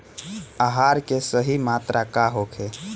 आहार के सही मात्रा का होखे?